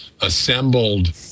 assembled